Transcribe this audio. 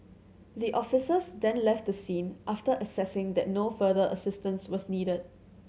the officers then left the scene after assessing that no further assistance was needed